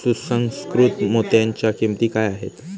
सुसंस्कृत मोत्यांच्या किंमती काय आहेत